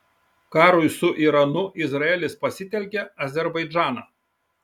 karui su iranu izraelis pasitelkia azerbaidžaną